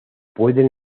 pueden